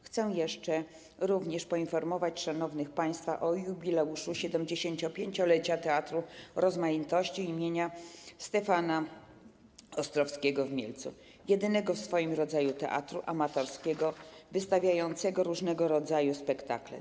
Chcę jeszcze również poinformować szanownych państwa o jubileuszu 75-lecia Teatru Rozmaitości im. Stefana Ostrowskiego w Mielcu, jedynego w swoim rodzaju teatru amatorskiego wystawiającego różnego rodzaju spektakle.